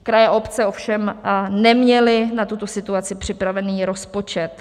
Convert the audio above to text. Kraje, obce ovšem neměly na tuto situaci připravený rozpočet.